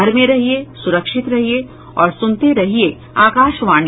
घर में रहिये सुरक्षित रहिये और सुनते रहिये आकाशवाणी